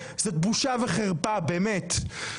זאת בושה וחרפה באמת.